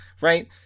right